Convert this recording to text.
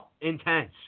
intense